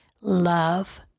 Love